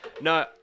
No